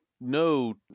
no